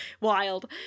wild